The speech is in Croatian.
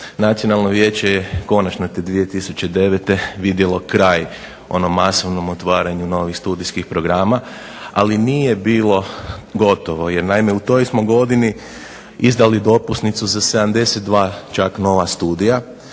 Nacionalno vijeće konačno je te 2009. vidjelo kraj onom masovnom otvaranju novih studijskih programa, ali nije bilo gotovo jer naime u toj smo godini izdali dopusnicu za 72 čak nova studija,